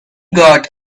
got